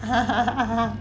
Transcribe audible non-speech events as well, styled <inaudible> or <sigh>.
<laughs>